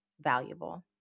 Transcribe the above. valuable